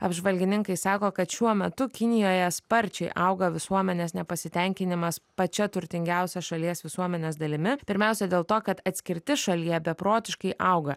apžvalgininkai sako kad šiuo metu kinijoje sparčiai auga visuomenės nepasitenkinimas pačia turtingiausia šalies visuomenės dalimi pirmiausia dėl to kad atskirtis šalyje beprotiškai auga